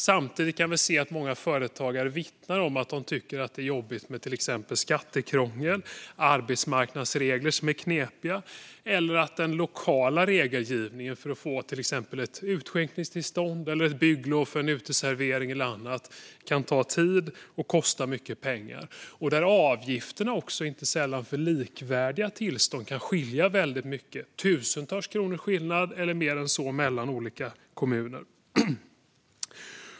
Samtidigt kan vi se att många företagare vittnar om att de tycker att det är jobbigt med till exempel skattekrångel, knepiga arbetsmarknadsregler eller att den lokala regelgivningen för att få till exempel ett utskänkningstillstånd, ett bygglov för en uteservering eller annat kan ta tid och kosta mycket pengar. Inte sällan kan avgifterna för likvärdiga tillstånd skilja mycket - tusentals kronor eller mer - mellan olika kommuner.